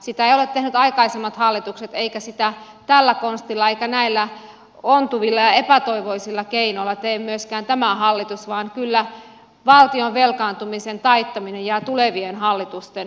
sitä eivät ole tehneet aikaisemmat hallitukset eikä sitä tällä konstilla eikä näillä ontuvilla ja epätoivoisilla keinoilla tee myöskään tämä hallitus vaan kyllä valtion velkaantumisen taittaminen jää tulevien hallitusten harteille